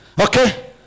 Okay